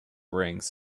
rings